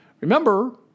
Remember